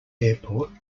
airport